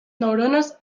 neurones